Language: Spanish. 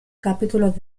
capítulos